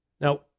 Now